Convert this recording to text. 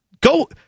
go